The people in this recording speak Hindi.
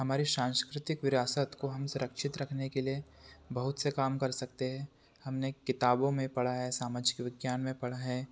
हमारी सांस्कृतिक विरासत को हम सुरक्षित रखने के लिए बहुत से काम कर सकते हैं हमने किताबों में पढ़ा है सामाजिक विज्ञान में पढ़ा है